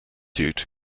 suit